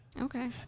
Okay